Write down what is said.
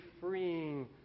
freeing